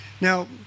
Now